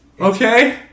Okay